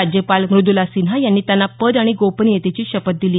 राज्यपाल मूद्ला सिन्हा यांनी त्यांना पद आणि गोपनियतेची शपथ दिली